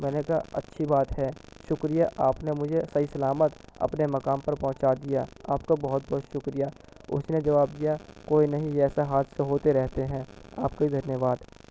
میں نے کہا اچھی بات ہے شکریہ آپ نے مجھے صحیح سلامت اپنے مقام پر پہنچا دیا آپ کا بہت بہت شکریہ اس نے جواب دیا کوئی نہیں یہ ایسے حادثے ہوتے رہتے ہیں آپ کا دھنیہ واد